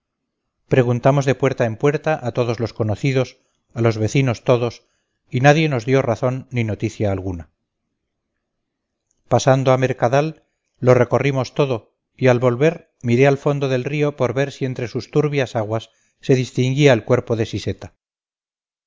preguntamos de puerta en puerta a todos los conocidos a los vecinos todos y nadie nos dio razón ni noticia alguna pasando a mercadal lo recorrimos todo y al volver miré al fondo del río por ver si entre sus turbias aguas se distinguía el cuerpo de